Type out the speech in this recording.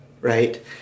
right